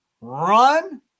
run